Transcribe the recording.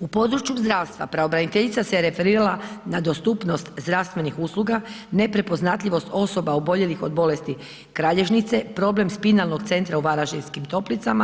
U području zdravstva, pravobraniteljica se referirala na dostupnost zdravstvenih usluga, neprepoznatljivost osoba oboljelih od bolesti kralježnice, problem spinalnih centra u Varaždinskih toplica,